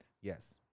Yes